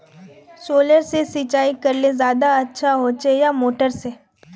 Solar से सिंचाई करले ज्यादा अच्छा होचे या मोटर से?